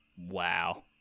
wow